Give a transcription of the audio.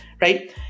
right